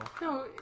No